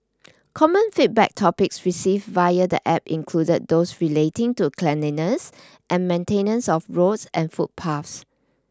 common feedback topics received via the App include those relating to cleanliness and maintenance of roads and footpaths